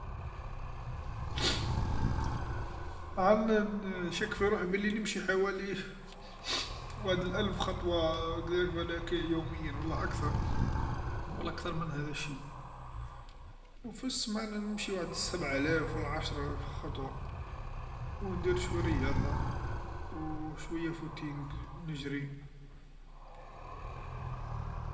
ا عان ن-نشك في روحي بلي نمشي حوالي وحد لألف خطوا، هكذاك بلاك يوميا و لا أكثر، و لا كثر من هذا الشي، و في السمانه نمشي وحد السبعالاف و لا عشرالاف خطوا و ندير شويا رياضيا و شويا جري نجري.